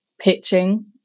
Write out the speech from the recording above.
pitching